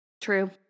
True